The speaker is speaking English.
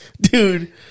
dude